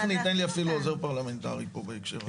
טכנית אין לי אפילו עוזר פרלמנטרי פה בהקשר הזה.